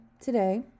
today